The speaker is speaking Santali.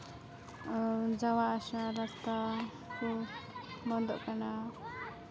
ᱟᱨ ᱡᱟᱣᱟ ᱟᱥᱟ ᱨᱟᱥᱛᱟ ᱠᱚ ᱵᱚᱱᱫᱚᱜ ᱠᱟᱱᱟ